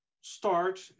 start